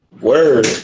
Word